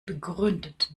begründet